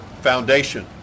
foundation